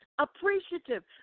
appreciative